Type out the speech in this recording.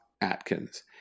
Atkins